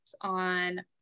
On